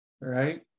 right